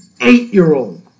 eight-year-old